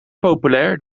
populair